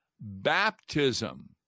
Baptism